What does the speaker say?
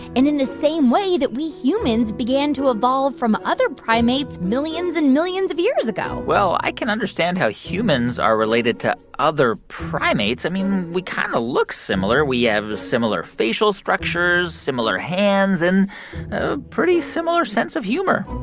and in the same way that we humans began to evolve from other primates millions and millions of years ago well, i can understand how humans are related to other primates. i mean, we kind of look similar. we have similar facial structures, similar hands and a pretty similar sense of humor